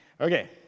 Okay